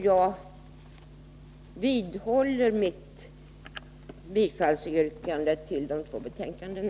Jag vidhåller mitt yrkande om bifall till utskottets hemställan i de två betänkandena.